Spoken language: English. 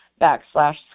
backslash